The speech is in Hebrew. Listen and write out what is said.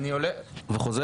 אני הולך וחוזר.